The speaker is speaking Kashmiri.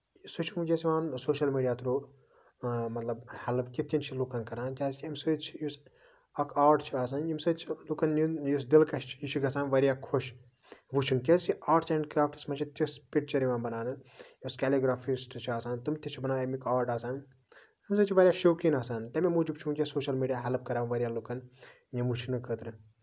سُہ چھُ وٕنکیٚس یِوان سوشَل میٖڈیا تھروٗ مطلب ہٮ۪لٔپ کِتھ کٔنۍ چھِ لُکَن کران کیازِ کہِ اَمہِ سۭتۍ چھُ یُس اکھ آرٹ چھُ آسان ییٚمہِ سۭتۍ چھُ لُکُن ہُند یُس دِلکَش چھُ آسان یہِ چھُ گژھان واریاہ خۄش وٕچھُن کیازِ کہِ آرٹٔس اینڈ کرافٹَس منٛز چھُ تِژھ پِکچر یِوان بَناونہٕ یۄس کریلِگرافِسٹ چھِ آسان تِم تہِ چھِ بَنان ییٚمیُک آرٹ آسان اَمہِ سۭتۍ چھِ واریاہ شوقیٖن آسان تَمہِ موٗجوٗب چھُ سوشَل میٖڈیا واریاہ ہٮ۪لٔپ کران لُکَن یہِ وٕچھنہٕ خٲطرٕ